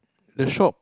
the shop